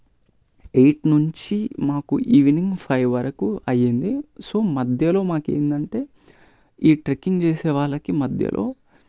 eight నుంచి మాకు evening five వరకు అయ్యింది సో మధ్యలో మాకు ఏంటంటే ఈ ట్రెక్కింగ్ చేసేవాళ్ళకి మధ్యలో